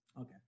Okay